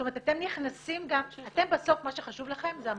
זאת אומרת, בסוף מה שחשוב לכם זה המשקיעים,